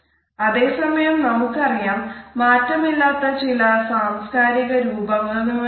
അതെ സമയം നമുക്കറിയാം മാറ്റമില്ലാത്ത ചില സാംസ്കാരിക രൂപകങ്ങളുണ്ട്